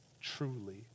truly